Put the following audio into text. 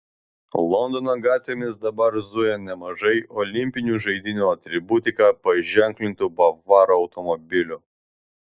londono gatvėmis dabar zuja nemažai olimpinių žaidynių atributika paženklintų bavarų automobilių